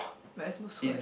very